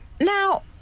Now